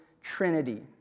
trinity